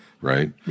right